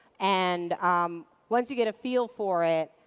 and um once you get a feel for it,